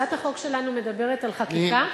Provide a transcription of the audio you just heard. הצעת החוק שלנו מדברת על חקיקה,